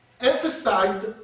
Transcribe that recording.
emphasized